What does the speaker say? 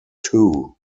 too